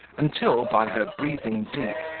until, by her breathing deep,